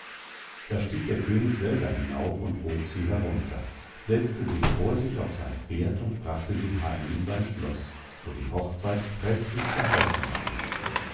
da stieg der könig selber hinauf und hob sie herunter setzte sie vor sich auf sein pferd und brachte sie heim in sein schloß wo die hochzeit prächtig gehalten ward